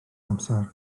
amser